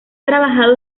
trabajado